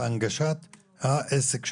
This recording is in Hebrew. בהנגשת העסק שלו,